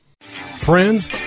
Friends